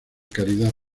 caridad